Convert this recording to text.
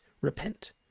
repent